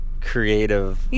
creative